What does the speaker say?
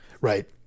Right